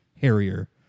Harrier